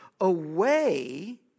away